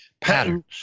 Patterns